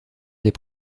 des